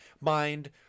Mind